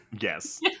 Yes